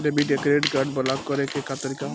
Debit या credit card block करे के का तरीका ह?